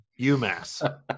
UMass